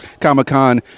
Comic-Con